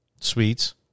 sweets